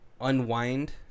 unwind